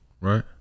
Right